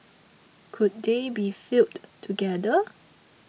could they be fielded together